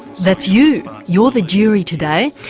that's you, you're the jury today.